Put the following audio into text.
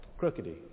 crookedy